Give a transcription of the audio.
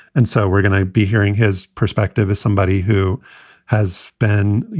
and so we're going to be hearing his perspective as somebody who has been, you